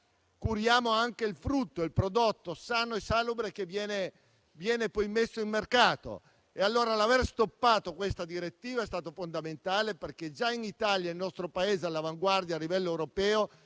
curiamo anche il frutto, il prodotto sano e salubre che viene poi immesso in mercato. Allora, l'aver stoppato questa direttiva è stato fondamentale perché già in Italia - e il nostro Paese è all'avanguardia a livello europeo